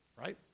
right